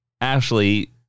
Ashley